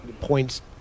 points